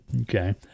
Okay